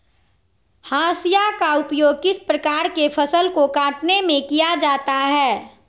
हाशिया का उपयोग किस प्रकार के फसल को कटने में किया जाता है?